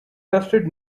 trusted